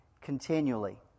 continually